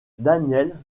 daniel